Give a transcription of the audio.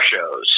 shows